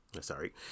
Sorry